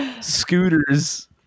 scooters